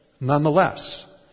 Nonetheless